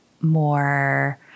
more